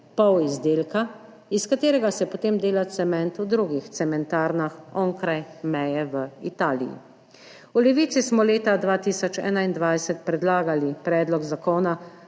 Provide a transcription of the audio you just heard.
polizdelka, iz katerega se potem dela cement v drugih cementarnah onkraj meje, v Italiji. V Levici smo leta 2021 predlagali Predlog zakona